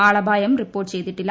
ആളപായം report ചെയ്തി ട്ടില്ല